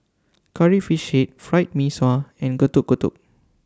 Curry Fish Head Fried Mee Sua and Getuk Getuk